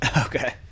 Okay